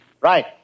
Right